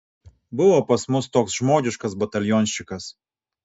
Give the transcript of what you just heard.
buvo pas mus toks žmogiškas batalionščikas